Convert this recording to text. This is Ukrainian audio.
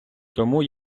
тому